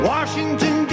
Washington